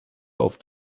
auf